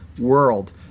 world